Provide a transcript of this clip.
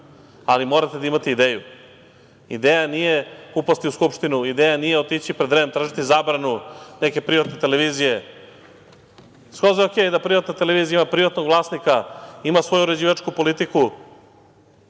ali morate da imate ideju. Ideja nije upasti u Skupštinu, ideja nije otići pred REM, tražiti zabranu neke privatne televizije. Skroz je okej da privatna televizija ima privatno vlasnika, ima svoju uređivačku politiku,